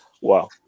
Wow